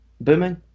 Booming